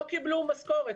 לא קיבלו משכורת.